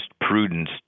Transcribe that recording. prudence